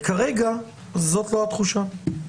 וכרגע זאת לא התחושה,